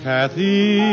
Kathy